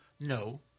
No